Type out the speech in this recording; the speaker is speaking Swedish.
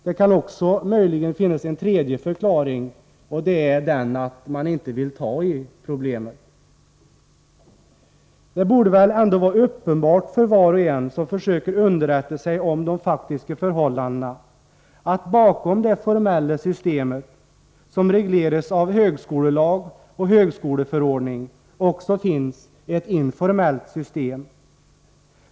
Det kan möjligen också finnas en tredje förklaring, och det är att man inte vill ta i problemet. Det borde väl ändå vara uppenbart för var och en som försöker underrätta sig om de faktiska förhållandena, att bakom det formella system som regleras av högskolelag och högskoleförordning också finns ett informellt system.